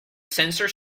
sensor